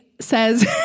says